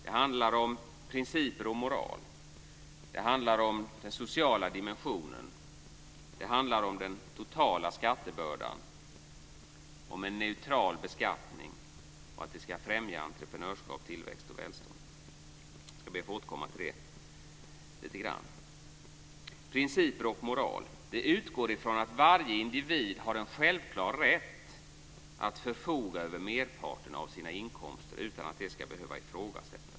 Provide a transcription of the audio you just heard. Det handlar om principer och moral, den sociala dimensionen, den totala skattebördan, en neutral beskattning och att främja entreprenörskap, tillväxt och välstånd. Jag ska be att få återkomma till det lite grann. Principer och moral utgår från att varje individ har en självklar rätt att förfoga över merparten av sina inkomster utan att det ska behöva ifrågasättas.